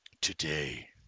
Today